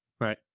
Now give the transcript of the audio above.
Right